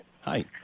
Hi